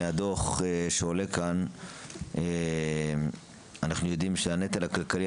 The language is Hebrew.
מהדו"ח שעולה כאן אנחנו יודעים שהנטל הכלכלי